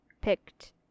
picked